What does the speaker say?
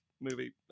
movie